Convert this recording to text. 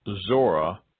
Zora